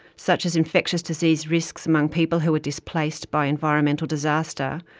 such as infectious disease risks among people who are displaced by environmental disaster,